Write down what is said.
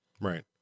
Right